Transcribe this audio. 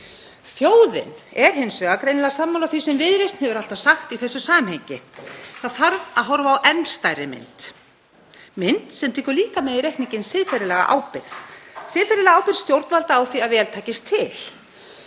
Þjóðin er hins vegar greinilega sammála því sem Viðreisn hefur alltaf sagt í þessu samhengi; það þarf að horfa á enn stærri mynd, mynd sem tekur líka með í reikninginn siðferðilega ábyrgð, siðferðilega ábyrgð stjórnvalda á því að vel takist til.